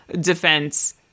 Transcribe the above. defense